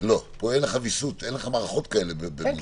במוזיאונים אין לך מערכות כאלו.